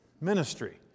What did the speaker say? ministry